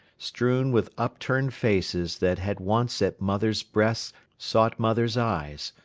strewn with upturned faces that had once at mothers' breasts sought mothers' eyes,